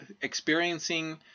experiencing